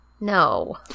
No